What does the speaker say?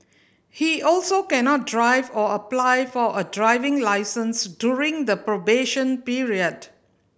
he also cannot drive or apply for a driving licence during the probation period